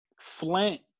Flint